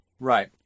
Right